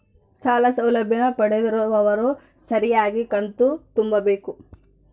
ಸಾಲ ಸೌಲಭ್ಯ ಪಡೆದಿರುವವರು ಸರಿಯಾಗಿ ಕಂತು ತುಂಬಬೇಕು?